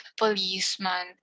policeman